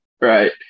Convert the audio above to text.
right